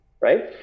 right